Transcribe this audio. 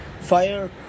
Fire